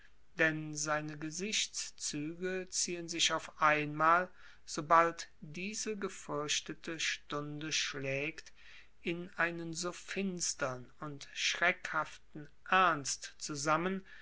denn seine gesichtszüge ziehen sich auf einmal sobald diese gefürchtete stunde schlägt in einen so finstern und schreckhaften ernst zusammen